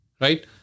right